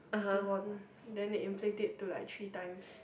won then they inflate it to like three times